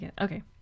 Okay